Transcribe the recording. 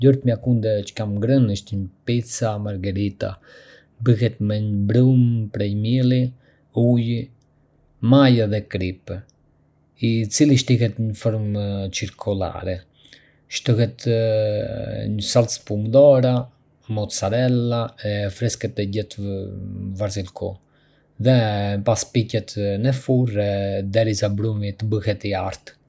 ljurtmia akundë që kam ngrënë ishte një pizza margherita. Bëhet me një brumë prej mielli, uji, maja dhe kripë, i cili shtrihet në një formë circolare. Shtohet një salcë pumdora, mozzarella e freskët dhe gjethe varziliku, dhe më pas piqet në furrë derisa brumi të bëhet i artë.